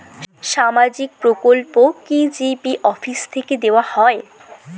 সামাজিক প্রকল্প কি জি.পি অফিস থেকে দেওয়া হয়?